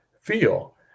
feel